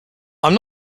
i’m